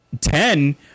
ten